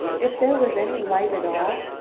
if there was any light at all,